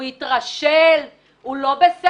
הוא התרשל, הוא לא בסדר?